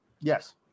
Yes